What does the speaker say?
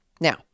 Now